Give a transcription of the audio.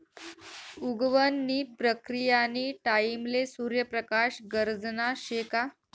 उगवण नी प्रक्रीयानी टाईमले सूर्य प्रकाश गरजना शे का